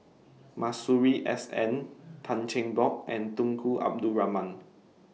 Masuri S N Tan Cheng Bock and Tunku Abdul Rahman